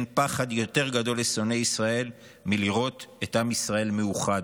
אין פחד יותר גדול לשונאי ישראל מלראות את עם ישראל מאוחד.